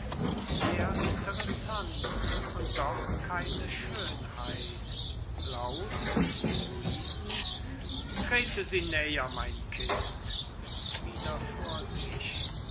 seht interessant und doch keine schönheit laut zu luisen treten sie näher mein kind wieder